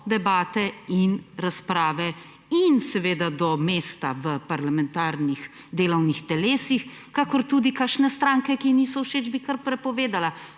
debate in razprave in seveda do mesta v parlamentarnih delovnih telesih, kakor tudi kakšne stranke, ki ji niso všeč, bi kar prepovedala.